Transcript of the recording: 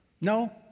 No